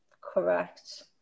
correct